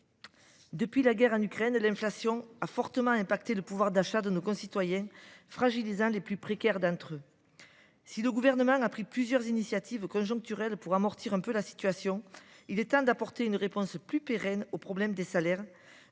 depuis la guerre en Ukraine, l’inflation a fortement affecté le pouvoir d’achat de nos concitoyens, fragilisant les plus précaires d’entre eux. Si le Gouvernement a pris plusieurs initiatives conjoncturelles pour amortir la situation, il est temps d’apporter une réponse plus pérenne au problème de